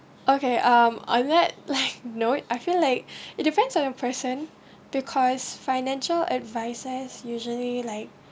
okay um I met like no I feel like it depends on the person because financial and if I say usually like